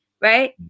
right